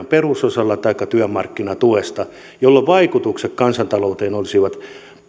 perusosalla taikka työmarkkinatuesta jolloin vaikutukset kansantalouteen olisivat